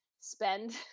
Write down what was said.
spend